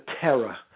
terror